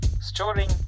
storing